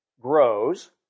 grows